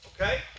okay